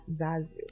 zazu